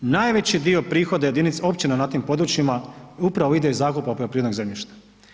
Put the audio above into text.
Najveći dio prihoda općina na tim područjima upravo ide iz zakupa poljoprivrednog zemljišta.